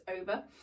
over